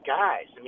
guys